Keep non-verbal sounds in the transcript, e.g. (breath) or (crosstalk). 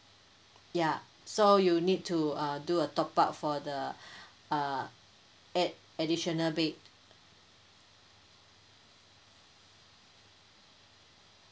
ya so you'll need to uh do a top up for the (breath) uh add additional bed